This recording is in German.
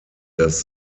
das